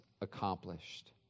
accomplished